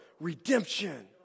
redemption